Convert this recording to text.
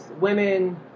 women